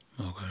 Okay